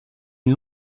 une